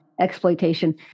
exploitation